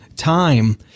time